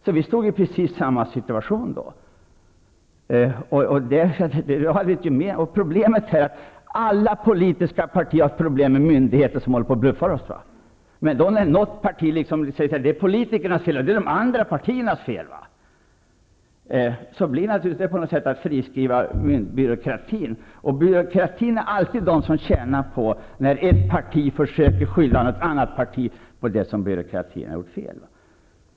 Vi befann oss då i precis samma situation som nu. En svårighet här är de problem som alla politiska partier har haft med myndigheter som vilseleder. Men då säger man i något parti att det är politikernas eller de andra partiernas fel att det är som det är. Det tycker jag på något sätt är att friskriva byråkratin, vilken ju alltid tjänar på att ett parti försöker lägga skulden på ett annat parti.